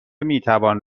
میتوان